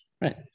right